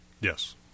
Yes